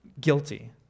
guilty